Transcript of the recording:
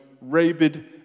rabid